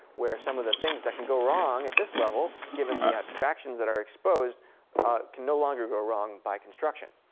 where some of the things that can go wrong at this level given the abstractions that are exposed can no longer go wrong by construction.